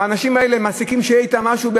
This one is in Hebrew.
האנשים האלה מעסיקים כדי שיהיה אתם מישהו,